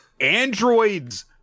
androids